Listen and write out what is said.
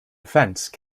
offence